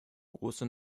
große